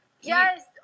yes